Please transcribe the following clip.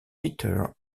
peter